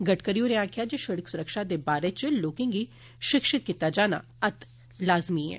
गड़करी होरें आक्खेआ जे शिड़क सुरक्षा दे बारै च लोकें गी शिक्षित कीता जाना अत्त लाज़मी ऐ